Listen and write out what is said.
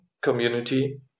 community